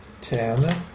ten